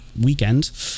weekend